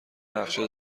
نقشه